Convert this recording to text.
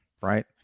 right